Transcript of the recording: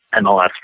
MLS